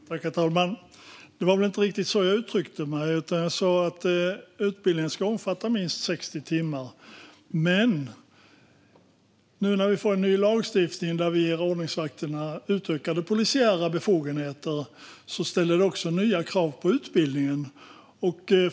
Herr talman! Det var väl inte riktigt så jag uttryckte mig, utan jag sa att utbildningen ska omfatta minst 60 timmar. Nu när vi får en ny lagstiftning där vi ger ordningsvakterna utökade polisiära befogenheter ställer det nya krav på utbildningen.